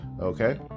Okay